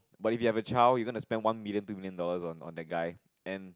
but if you have a child you gonna spend one million two million dollars on on that guy and